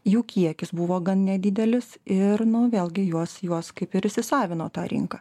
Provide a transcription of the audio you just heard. jų kiekis buvo gan nedidelis ir vėlgi juos juos kaip ir įsisavino tą rinką